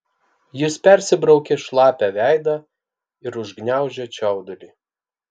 jis persibraukė šlapią veidą ir užgniaužė čiaudulį